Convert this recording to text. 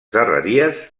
darreries